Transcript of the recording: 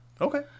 Okay